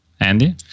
Andy